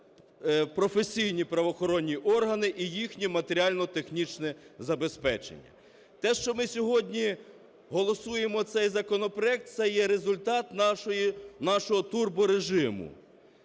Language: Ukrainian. професійні правоохоронні органи і їхні матеріально-технічне забезпечення. Те, що ми сьогодні голосуємо цей законопроект, – це є результат нашого турборежиму.